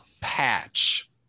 patch